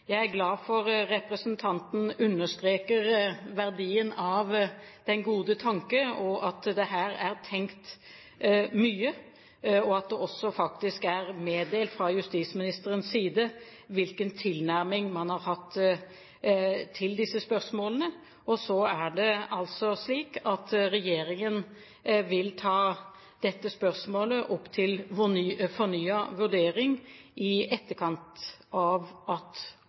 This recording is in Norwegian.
Jeg er glad for at representanten understreker verdien av den gode tanke, at det her er tenkt mye, og at det også faktisk er meddelt fra justisministerens side hvilken tilnærming man har hatt til disse spørsmålene. Regjeringen vil ta dette spørsmålet opp til fornyet vurdering i etterkant av at